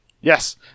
yes